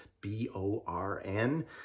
B-O-R-N